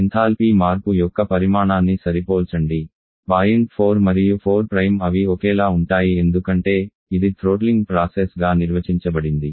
enthalpy మార్పు యొక్క పరిమాణాన్ని సరిపోల్చండి పాయింట్ 4 మరియు 4 అవి ఒకేలా ఉంటాయి ఎందుకంటే ఇది థ్రోట్లింగ్ ప్రాసెస్ గా నిర్వచించబడింది